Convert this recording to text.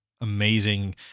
amazing